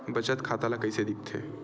बचत खाता ला कइसे दिखथे?